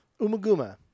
Umaguma